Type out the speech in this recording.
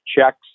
checks